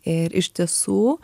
ir iš tiesų